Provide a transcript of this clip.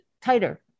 tighter